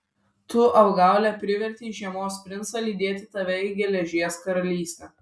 tu apgaule privertei žiemos princą lydėti tave į geležies karalystę